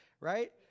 Right